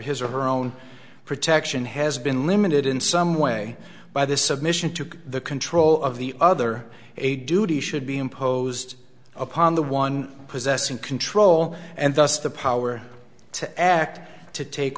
his or her own protection has been limited in some way by the submission to the control of the other a duty should be imposed upon the one possessing control and thus the power to act to take